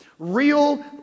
Real